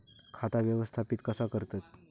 खाता व्यवस्थापित कसा करतत?